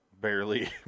barely